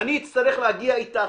ואני אצטרך להגיע איתך,